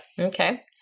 Okay